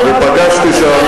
ופגשתי שם,